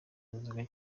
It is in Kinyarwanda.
inzoga